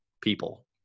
people